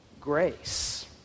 grace